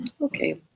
Okay